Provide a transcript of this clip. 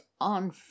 on